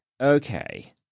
okay